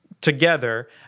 together